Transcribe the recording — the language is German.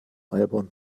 albern